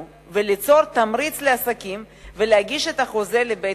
וליצור תמריץ לעסקים להגיש את החוזה לבית-הדין.